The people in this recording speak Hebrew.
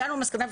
הגענו למסקנה.